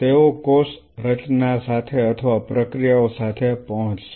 તેઓ કોષ રચના સાથે અથવા પ્રક્રિયાઓ સાથે પહોંચશે